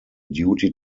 duty